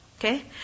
Okay